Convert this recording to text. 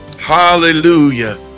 Hallelujah